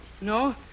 No